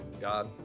God